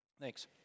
Thanks